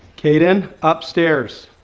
kaden upstairs!